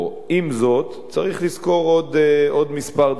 עם זאת, צריך לזכור עוד כמה דברים.